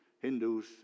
Hindus